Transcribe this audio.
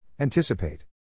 Anticipate